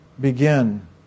begin